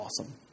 awesome